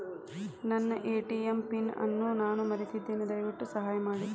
ನನ್ನ ATM PIN ಅನ್ನು ನಾನು ಮರೆತಿದ್ದೇನೆ, ದಯವಿಟ್ಟು ಸಹಾಯ ಮಾಡಿ